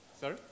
Sorry